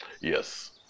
yes